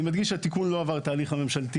אני מדגיש שהתיקון לא עבר את התהליך הממשלתי